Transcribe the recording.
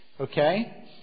Okay